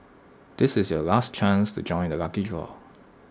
this is your last chance to join the lucky draw